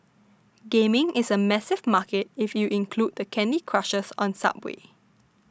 gaming is a massive market if you include the Candy Crushers on subway